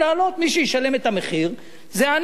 מי שישלם את המחיר הם העניים.